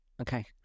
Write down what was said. okay